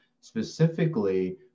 specifically